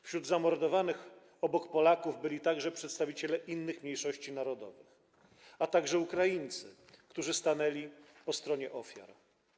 Wśród zamordowanych obok Polaków byli także przedstawiciele innych mniejszości narodowych, a także Ukraińcy, którzy stanęli po stronie ofiar.